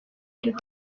rwanda